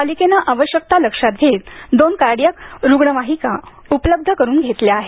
पालिकेने आवश्यकता लक्षात घेत दोन कर्डीऍक रुग्णवाहिका उपलब्ध करून घेतल्या आहेत